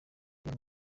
real